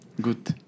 Good